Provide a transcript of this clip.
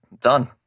Done